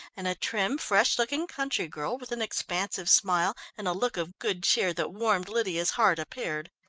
and a trim, fresh-looking country girl, with an expansive smile and a look of good cheer that warmed lydia's heart, appeared.